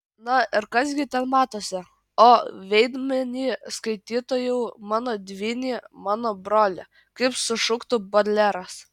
na ir kas gi ten matosi o veidmainy skaitytojau mano dvyny mano broli kaip sušuktų bodleras